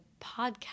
podcast